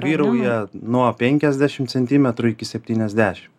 vyrauja nuo penkiasdešim centimetrų iki septyniasdešim